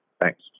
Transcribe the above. Thanks